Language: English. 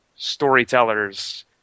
storytellers